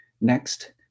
next